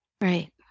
Right